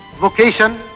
vocation